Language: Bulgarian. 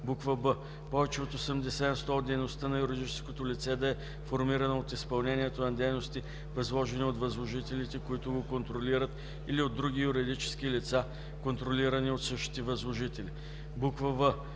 звена; б) повече от 80 на сто от дейността на юридическото лице да е формирана от изпълнението на дейности, възложени от възложителите, които го контролират, или от други юридически лица, контролирани от същите възложители; в) в